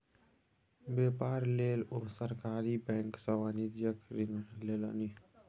बेपार लेल ओ सरकारी बैंक सँ वाणिज्यिक ऋण लेलनि